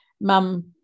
Mum